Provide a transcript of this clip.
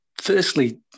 firstly